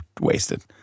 wasted